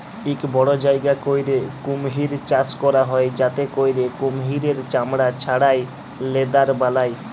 ইক বড় জায়গা ক্যইরে কুমহির চাষ ক্যরা হ্যয় যাতে ক্যইরে কুমহিরের চামড়া ছাড়াঁয় লেদার বালায়